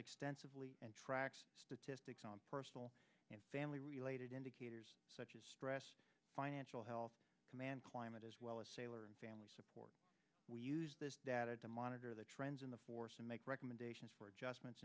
extensively and tracks statistics on personal and family related indicators such as stress financial health command climate as well as sailor and family support we use this data to monitor the trends in the force and make recommendations for adjustments